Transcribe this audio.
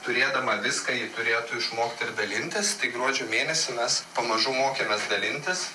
turėdama viską ji turėtų išmokt ir dalintis tai gruodžio mėnesį mes pamažu mokėmės dalintis